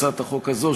הצעת החוק הזו,